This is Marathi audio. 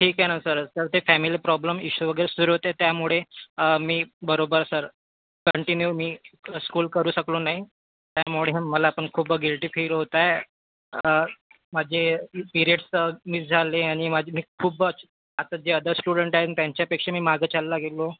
ठीक आहे ना सर सर ते फॅमिली प्रॉब्लेम इशू वगैरे सुरू होते त्यामुळे मी बरोबर सर कंटिन्यू मी स्कूल करू शकलो नाही त्यामुळे मला पण खूप गिल्टी फील होत आहे माझे पिरियड्स मिस झाले आणि माझी मी खूपच आत्ता जे आदर्श स्टूडंट आहे त्यांच्यापेक्षा मी मागे चालला गेलो